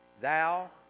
Thou